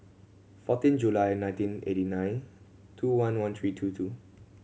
fourteen July nineteen eighty nine two one one three two two